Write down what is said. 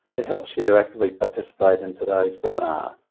it helps you to actively participate in today's webinar.